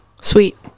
Sweet